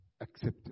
accepted